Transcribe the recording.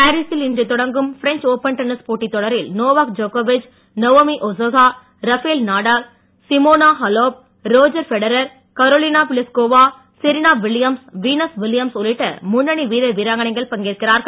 பாரீசில் இன்று தொடங்கியுள்ள பிரெஞ்ச் ஒபன் டென்னிஸ் போட்டித் தொடரில் நோவாக் ஜோக்கோவிச் Naomi Osaka Rafael Nadal Simona Halep Roger Federer Karolina Pliskova Serena Williams Venus Williams உள்ளிட்ட முன்னணி வீரர் வீராங்கனைகள் பங்கேற்கிறார்கள்